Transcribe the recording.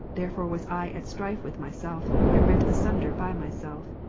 therefore was i at strife with myself, and rent asunder by myself.